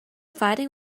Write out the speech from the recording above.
fighting